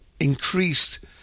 increased